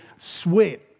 sweat